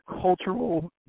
cultural